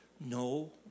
No